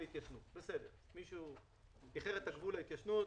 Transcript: מישהו אחר את גבול ההתיישנות,